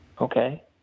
okay